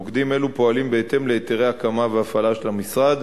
מוקדים אלו פועלים בהתאם להיתרי הקמה והפעלה של המשרד,